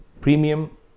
premium